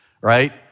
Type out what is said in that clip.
right